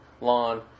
lawn